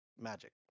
magic